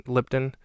Lipton